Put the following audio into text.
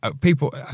people